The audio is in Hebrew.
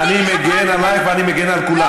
סליחה, גברתי, אני מגן עלייך ואני מגן על כולם.